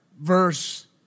Verse